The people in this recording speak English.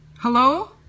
Hello